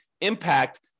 impact